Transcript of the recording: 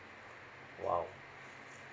!wow!